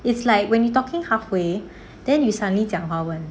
it's like when you talking halfway then you suddenly 讲华文